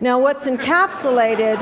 now, what's encapsulated